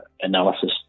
analysis